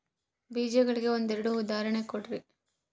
ಬೇಜಗಳಿಗೆ ಒಂದೆರಡು ಉದಾಹರಣೆ ಕೊಡ್ರಿ?